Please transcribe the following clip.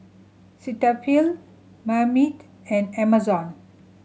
Cetaphil Marmite and Amazon